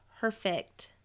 perfect